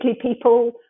people